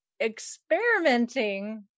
experimenting